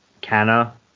Canna